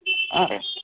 ಹಾಂ ರೀ